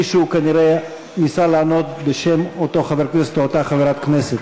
מישהו כנראה ניסה לענות בשם אותו חבר כנסת או אותה חברת כנסת.